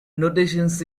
similarities